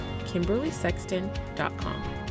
KimberlySexton.com